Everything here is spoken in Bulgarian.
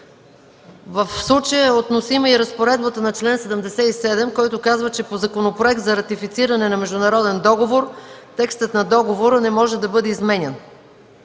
В случая е относима и разпоредбата на чл. 77, който казва, че по законопроект за ратифициране на международен договор текстът на договора не може да бъде изменян.